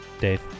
Dave